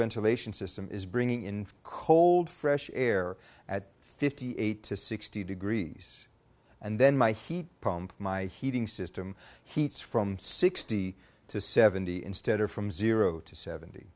ventilation system is bringing in cold fresh air at fifty eight to sixty degrees and then my heat pump my heating system heats from sixty to seventy instead of from zero to seventy